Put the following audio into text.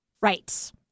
Right